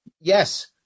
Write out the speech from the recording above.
Yes